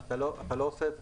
אתה לא עושה את זה.